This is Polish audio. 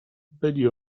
byli